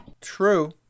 True